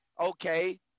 okay